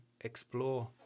explore